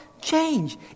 change